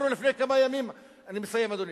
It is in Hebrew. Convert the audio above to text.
אני מסיים, אדוני.